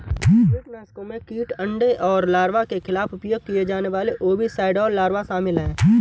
कीटनाशकों में कीट अंडे और लार्वा के खिलाफ उपयोग किए जाने वाले ओविसाइड और लार्वा शामिल हैं